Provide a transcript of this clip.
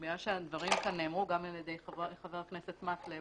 לאור הדברים שאמר פה חבר הכנסת מקלב